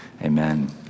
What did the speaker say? Amen